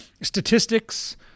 statistics